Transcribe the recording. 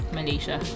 Malaysia